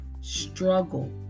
struggle